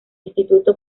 instituto